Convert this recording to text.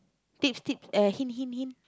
teach teach uh hint hint hint